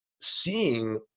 seeing